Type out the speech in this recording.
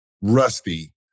rusty